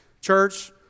church